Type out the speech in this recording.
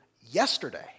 yesterday